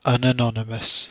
Unanonymous